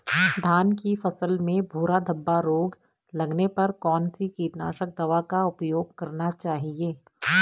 धान की फसल में भूरा धब्बा रोग लगने पर कौन सी कीटनाशक दवा का उपयोग करना चाहिए?